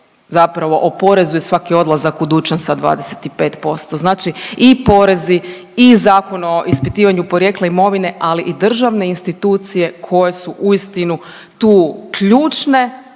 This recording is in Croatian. zapravo oporezuje svaki odlazak u dućan sa 25%. Znači i porezi i Zakon o ispitivanju imovine, ali i državne institucije koje su uistinu tu ključne